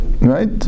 right